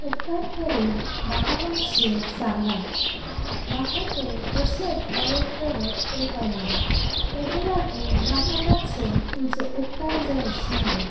उपकार करून म्हाका मातशे सांगात म्हाका तें कशें अध्यावत करप तें कळना तेका लागून म्हाका मातसो तुजो उपकार जाय आशिल्लो